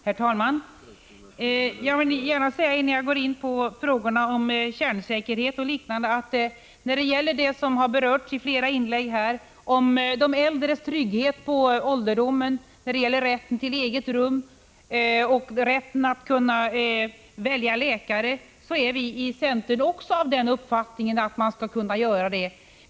Herr talman! Innan jag går in på frågor om kärnkraftens säkerhet och liknande vill jag säga att också vi i centern tycker att de äldre skall ha rätt till trygghet på ålderdomen, rätt till eget rum och rätt att välja läkare. Detta har berörts i flera inlägg här.